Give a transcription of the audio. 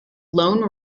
lone